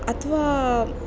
ಅಥವಾ